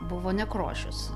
buvo nekrošius